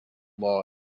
law